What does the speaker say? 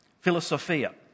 philosophia